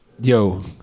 Yo